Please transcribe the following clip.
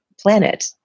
planet